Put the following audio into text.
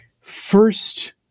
first